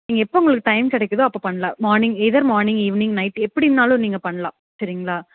நீங்கள் எப்போ உங்களுக்கு டைம் கிடைக்குதோ அப்போ பண்ணலாம் morning either morning evening night எப்படினாலும் நீங்கள் பண்ணலாம் சரிங்கலா